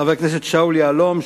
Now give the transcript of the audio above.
חבר הכנסת שאול יהלום,